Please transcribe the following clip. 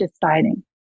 deciding